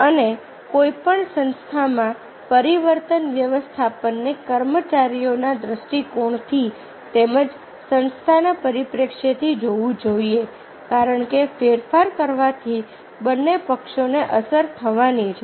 અને કોઈપણ સંસ્થામાં પરિવર્તન વ્યવસ્થાપનને કર્મચારીઓના દ્રષ્ટિકોણથી તેમજ સંસ્થાના પરિપ્રેક્ષ્યથી જોવું જોઈએ કારણ કે ફેરફાર કરવાથી બંને પક્ષોને અસર થવાની છે